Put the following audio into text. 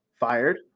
Fired